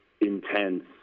intense